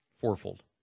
fourfold